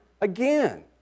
again